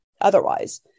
otherwise